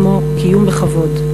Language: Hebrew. כמו קיום בכבוד.